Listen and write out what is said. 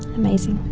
amazing.